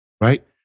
right